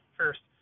first